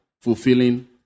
fulfilling